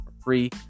free